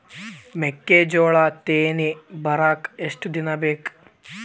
ಮೆಕ್ಕೆಜೋಳಾ ತೆನಿ ಬರಾಕ್ ಎಷ್ಟ ದಿನ ಬೇಕ್?